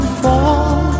fall